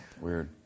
Weird